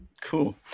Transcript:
Cool